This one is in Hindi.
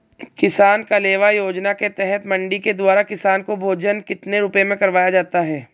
किसान कलेवा योजना के तहत मंडी के द्वारा किसान को भोजन कितने रुपए में करवाया जाता है?